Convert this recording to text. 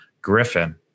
Griffin